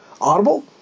Audible